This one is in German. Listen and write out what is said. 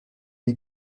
die